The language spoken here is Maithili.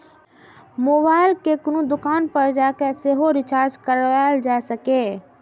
मोबाइल कें कोनो दोकान पर जाके सेहो रिचार्ज कराएल जा सकैए